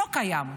לא קיים.